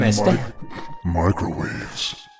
Microwaves